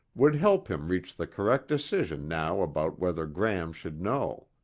would help him reach the correct decision now about whether gram should know.